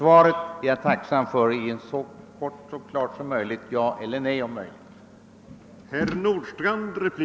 Jag är tacksam om svaret blir så kort och klart som möjligt — gärna ja eller nej.